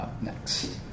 Next